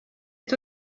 est